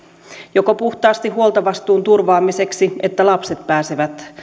joko puhtaasti huoltovastuun turvaamiseksi että lapset pääsevät